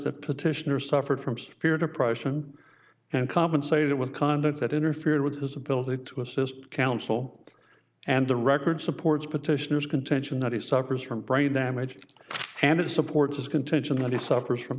the petitioner suffered from severe depression and compensated with conduct that interfered with his ability to assist counsel and the record supports petitioners contention that he suffers from brain damage and it supports his contention that he suffers from